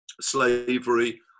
slavery